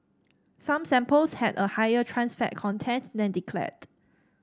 some samples had a higher trans fat content than declared